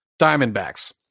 Diamondbacks